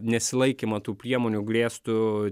nesilaikymą tų priemonių grėstų